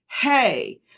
hey